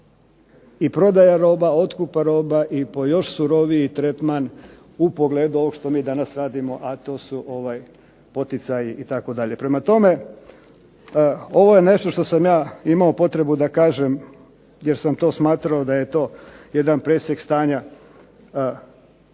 i prodaja roba, otkupa roba i po još suroviji tretman u pogledu ovog što mi danas radimo, a to su poticaji itd. Prema tome, ovo je nešto što sam ja imao potrebu da kažem jer sam to smatrao da je to jedan presjek stanja i